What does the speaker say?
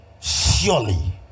Surely